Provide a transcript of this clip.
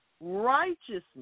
Righteousness